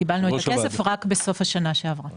קיבלנו את הכסף רק בסוף השנה שעברה.